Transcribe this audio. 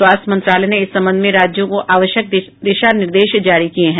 स्वास्थ्य मंत्रालय ने इस संबंध में राज्यों को आवश्यक दिशा निर्देश जारी किये हैं